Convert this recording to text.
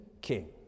king